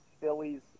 Phillies